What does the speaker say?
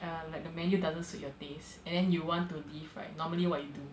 err like the menu doesn't suit your taste and then you want to leave right normally what you do